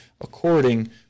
according